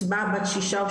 הצבעה בת שישה,